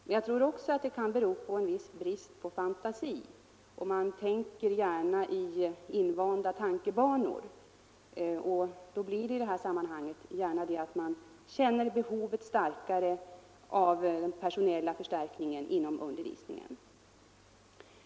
Men jag tror också att det kan bero på en viss brist på fantasi — man tänker gärna i invanda tankebanor, och då blir det gärna så, att man i dessa sammanhang känner behovet vara starkare av den personella förstärkningen inom undervisningen.